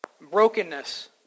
brokenness